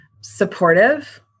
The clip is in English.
supportive